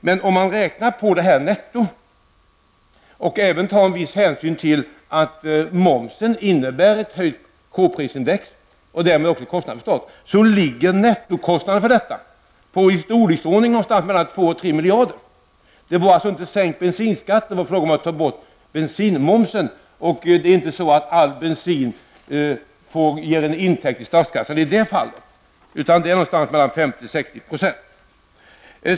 Men om man räknar på det här netto och även tar en viss hänsyn till att momsen innebär ett höjt k-prisindex och därmed ökade kostnader, ligger nettokostnaden i storleksordningen mellan 2 och 3 miljarder. Det är alltså inte fråga om att ta bort bensinmomsen. Det är inte så att hela bensinskatten ger en intäkt i statskassan, utan det är mellan 50 och 60 %.